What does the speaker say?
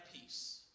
peace